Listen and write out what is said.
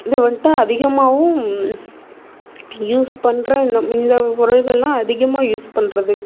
இது வந்துட்டு அதிகமாகவும் யூஸ் பண்ணுற இந்த இந்த முறைகள்லாம் அதிகமாக யூஸ் பண்ணுறது